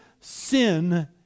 sin